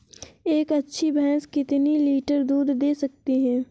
एक अच्छी भैंस कितनी लीटर दूध दे सकती है?